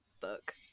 book